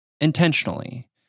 intentionally